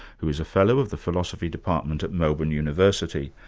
who is a fellow of the philosophy department at melbourne university.